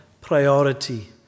priority